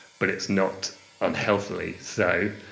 but it's not unhealthily so,